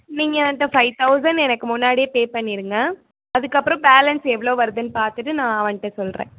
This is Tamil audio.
நீங்கள் என்கிட்ட ஃபைவ் தௌசண்ட் எனக்கு முன்னாடியே பே பண்ணிருங்க அதற்கப்பறம் பேலன்ஸ் எவ்வளோ வருதுன்னு பார்த்துட்டு நான் வந்துட்டு சொல்லுறேன்